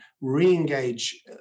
re-engage